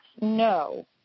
no